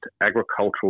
agricultural